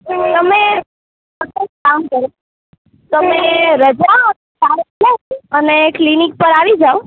તમે અત્યારે એક કામ કરો તમે રજા હોય ત્યારે અને ક્લિનીક પર આવી જાવ